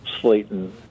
Slayton